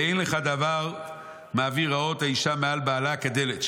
ואין לך דבר מעביר רעות האישה מעל בעלה כדלת,